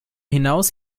hinaus